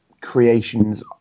creations